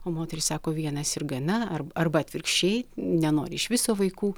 o moteris sako vienas ir gana ar arba atvirkščiai nenori iš viso vaikų